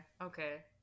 okay